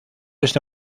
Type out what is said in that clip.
este